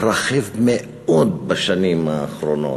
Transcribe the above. התרחב מאוד בשנים האחרונות,